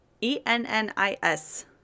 E-N-N-I-S